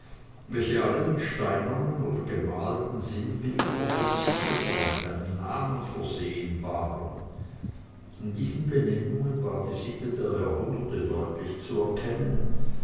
welche alle mit steinernen oder gemalten sinnbildern geziert und mit einem namen versehen waren in diesen benennungen war die sitte der jahrhunderte deutlich zu erkennen